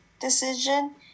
decision